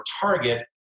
target